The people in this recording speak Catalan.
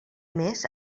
més